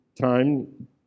time